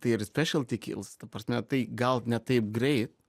tai ir spešal ti kils ta prasme tai gal ne taip greit